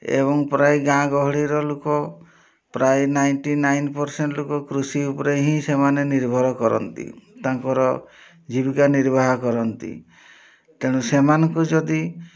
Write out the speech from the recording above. ଏବଂ ପ୍ରାୟ ଗାଁ ଗହଳିର ଲୋକ ପ୍ରାୟ ନାଇଣ୍ଟି ନାଇନ୍ ପରସେଣ୍ଟ ଲୋକ କୃଷି ଉପରେ ହିଁ ସେମାନେ ନିର୍ଭର କରନ୍ତି ତାଙ୍କର ଜୀବିକା ନିର୍ବାହ କରନ୍ତି ତେଣୁ ସେମାନଙ୍କୁ ଯଦି